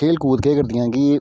खेलकूद केह् करदी कि